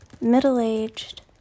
middle-aged